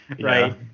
right